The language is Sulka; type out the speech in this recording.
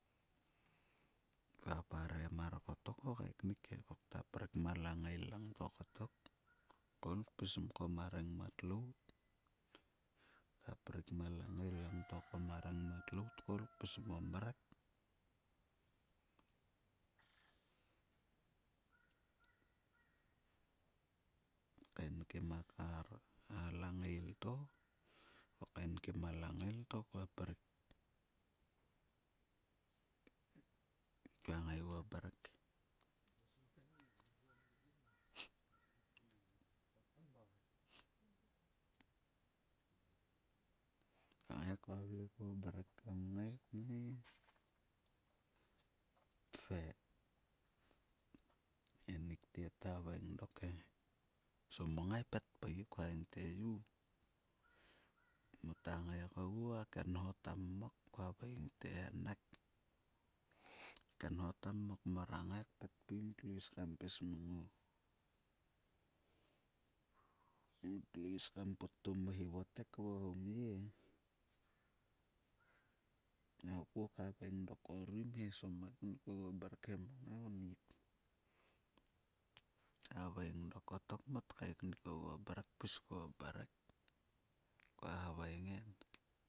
Kua parem mar kottok ka kat kaeknik he. Kua prik ma langail langto kottok koul kpis mko ma rengmar lout. kua prik ma langail langto ko koul kapis ma mrek lainkim a langai, kaeknkim a langail to kua prik. Kua ngainguo mrek, kngai ka vle kuo mrek kam ngai kngai. E enni ktet ta haveing dok he, "somuo ngai petpui." Kua haveing te, "yu". Mota ngai kogu a kenho ta mmok ko haveing te, "henek", a kenhato mok more kpetpui motio is kam pis mang o motlo is kam puttimo o hivotek va o homye e." Thopku haveng dok,"orim he, somuo eknik oguo mrek ngai onnit." Thaveing dok kottok mot kaeknik ogu mrek, kua haveing en.